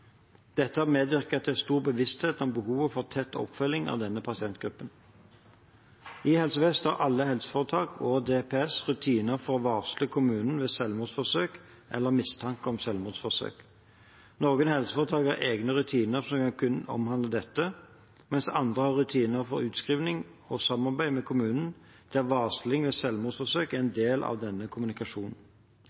Dette har medvirket til stor bevissthet om behovet for tett oppfølging av denne pasientgruppen. I Helse Vest har alle helseforetak og DPS rutiner for å varsle kommunene ved selvmordsforsøk eller mistanke om selvmordsforsøk. Noen helseforetak har egne rutiner som kun omhandler dette, mens andre har rutiner for utskriving og samarbeid med kommunene der varsling ved selvmordsforsøk er en del av denne kommunikasjonen.